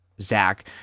Zach